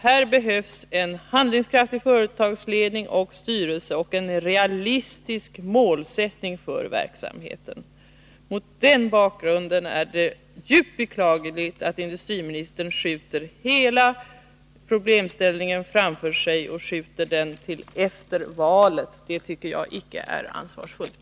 Här behövs en handlingskraftig företagsledning och styrelse och en realistisk målsättning för verksamheten. Mot den bakgrunden är det djupt beklagligt att industriministern skjuter hela problematiken framför sig — och skjuter den till efter valet. Det tycker jag icke är ansvarsfullt.